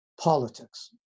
politics